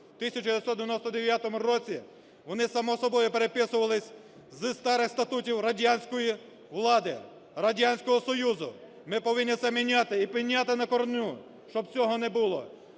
в 1999 році, вони, само собою, переписувались з старих статутів радянської влади, Радянського Союзу. Ми повинні це міняти, і міняти на корню, щоб цього не було.